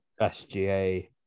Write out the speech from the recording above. SGA